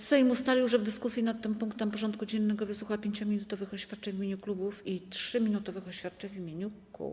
Sejm ustalił, że w dyskusji nad tym punktem porządku dziennego wysłucha 5-minutowych oświadczeń w imieniu klubów i 3-minutowych oświadczeń w imieniu kół.